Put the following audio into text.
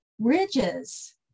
Ridges